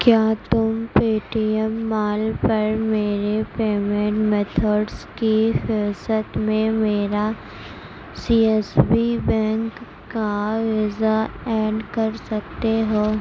کیا تم Paytm mall پر میرے پیمینٹ میتھڈز کی فرصت میں میرا سی ایس بی بینک کا ویزا ایڈ کر سکتے ہو